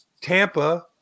Tampa